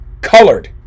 colored